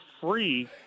free